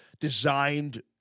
designed